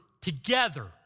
together